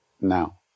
now